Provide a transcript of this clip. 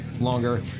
longer